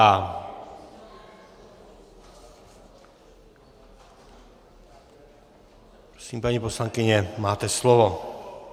Prosím, paní poslankyně, máte slovo.